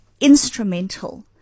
instrumental